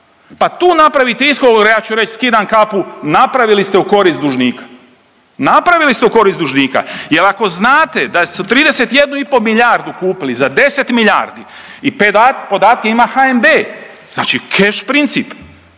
Pa tu napravite .../nerazumljivo/... ja ću reći, skidam kapu, napravili ste u korist dužnika. Napravili ste u korist dužnika jer ako znate da su 31,5 milijardu kupili za 10 milijardi i podatke ima HNB, znači keš princip,